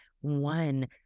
one